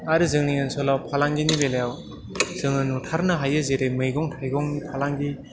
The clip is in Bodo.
आरो जोंनि ओनसोलाव फालांगिनि बेलायाव जोङो नुथारनो हायो जेरै मैगं थाइगंनि फालांगि